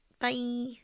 Bye